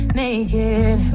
naked